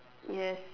yes